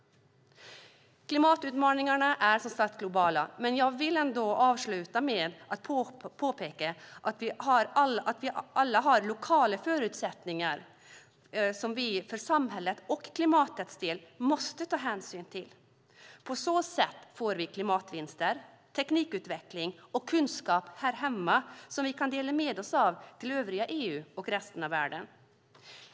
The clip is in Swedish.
Klimatutmaningarna är, som sagt, globala. Men jag vill ändå avsluta med att påpeka att vi alla har lokala förutsättningar som vi för samhällets och klimatets del måste ta hänsyn till. På så sätt får vi klimatvinster, teknikutveckling och kunskap här hemma som vi kan dela med oss av till övriga EU och resten av världen. Herr talman!